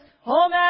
home